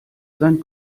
sein